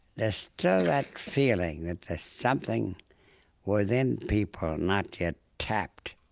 there's still that feeling that there's something within people not yet tapped.